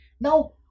Now